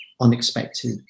unexpected